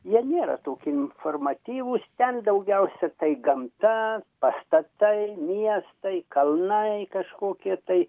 jie nėra tokie informatyvūs ten daugiausia tai gamta pastatai miestai kalnai kažkokie tai